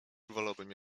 wolałbym